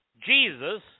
Jesus